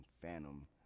phantom